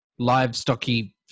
livestocky